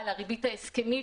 אלא הריבית ההסכמית,